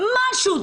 משהו,